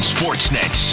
Sportsnet